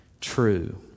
true